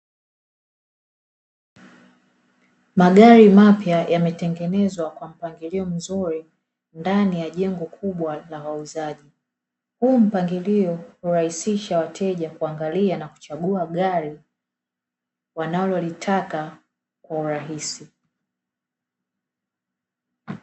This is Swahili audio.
Magari mapya yametengenezwa kwa mpangilio mzuri ndani ya jengo kubwa la wauzaji. Huu mpangilio hurahisisha wateja kuangalia na kuchagua gari wanalolitaka kwa urahisi.